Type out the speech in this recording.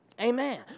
Amen